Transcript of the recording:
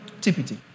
TPT